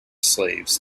slaves